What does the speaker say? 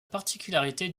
particularité